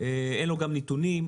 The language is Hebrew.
אין לו גם נתונים,